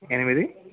ఎనిమిది